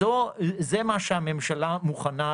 זה מה שהממשלה מוכנה